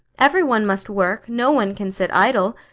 every one must work, no one can sit idle.